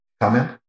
comment